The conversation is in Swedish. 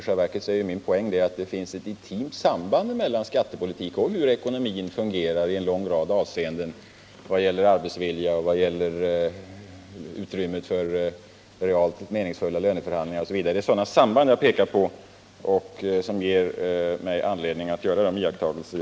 Min poäng är i själva verket att det finns ett intimt samband mellan skattepolitiken och hur ekonomin fungerar i en lång rad avseenden — arbetsvilja, utrymme för löneförhandlingar osv. Det var sådana samband som jag pekade på och som gav mig anledning att göra vissa iakttagelser.